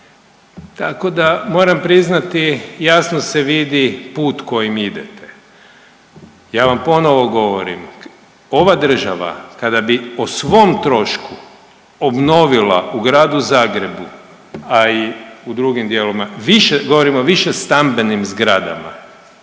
Tako da moram priznati jasno se vidi put kojim idete. Ja vam ponovo govorim, ova država kada bi o svom trošku obnovila u Gradu Zagrebu, a i u drugim dijelovima više, govorim o višestambenim zgradama